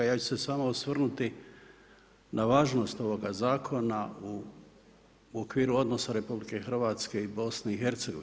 Ja ću se samo osvrnuti na važnost ovoga zakona u okviru odnosa RH i BiH.